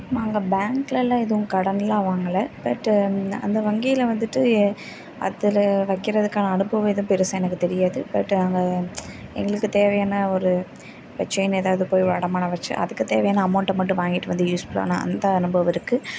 நாங்கள் பேங்க்குலலாம் எதுவும் கடன்லாம் வாங்கலை பட் அந்த வங்கியில் வந்துவிட்டு அதில் வைக்கிறதுக்கான அனுபவம் எதுவும் பெருசாக எனக்கு தெரியாது பட் அங்கே எங்களுக்கு தேவையான ஒரு இப்போ செயின் ஏதாவது போய் அடமானம் வைச்சி அதுக்கு தேவையான அமௌண்ட்டை மட்டும் வாங்கிட்டு வந்து யூஸ் பண்ணோம் அந்த அனுபவம் இருக்குது